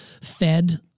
fed